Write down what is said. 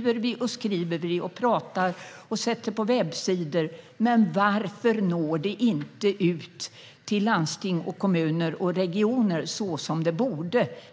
Vi skriver, pratar och lägger ut på webbsidor, men varför når vi inte ut till landsting, kommuner och regioner?